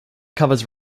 covers